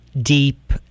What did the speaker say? deep